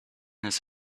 his